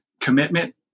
Commitment